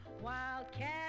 Wildcat